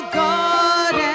god